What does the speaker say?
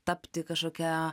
tapti kažkokia